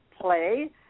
Play